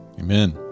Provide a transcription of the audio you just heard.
Amen